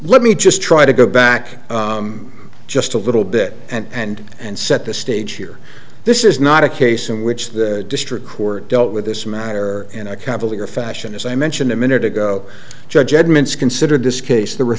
let me just try to go back just a little bit and and set the stage here this is not a case in which the district court dealt with this matter in a cavalier fashion as i mentioned a minute ago judge edmunds considered this case the re